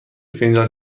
فنجان